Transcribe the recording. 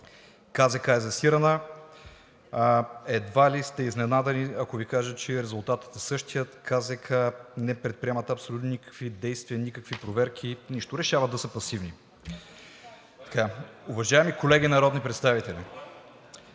КЗК е сезирана. Едва ли сте изненадани, ако Ви кажа, че резултатът е същият – КЗК не предприемат абсолютно никакви действия, никакви проверки, нищо. Решават да са пасивни. (Реплики.) Уважаеми колеги народни представители,